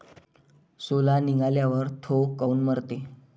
सोला निघाल्यावर थो काऊन मरते?